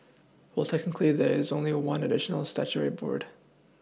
well technically there is only one additional statutory board